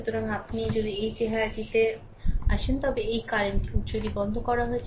সুতরাং আপনি যদি এই চেহারাটিতে আসেন তবে এই কারেন্ট উত্সটি বন্ধ করা আছে